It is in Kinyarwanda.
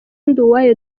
nduwayo